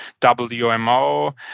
wmo